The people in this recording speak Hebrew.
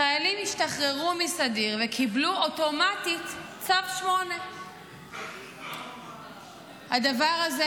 חיילים השתחררו מסדיר וקיבלו אוטומטית צו 8. הדבר הזה,